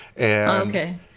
Okay